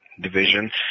Division